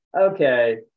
okay